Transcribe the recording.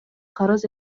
карыз